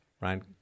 right